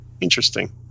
interesting